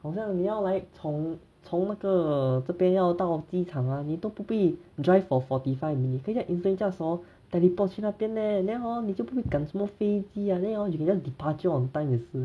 好像你要来从从那个这边要到机场啊你都不必 drive for forty five minutes 可以 just instantly just hor teleport 去那边 leh and then hor 你就不会讲什么飞机啊 then hor 你 just departure on time 也是